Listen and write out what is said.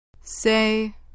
Say